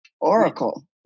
Oracle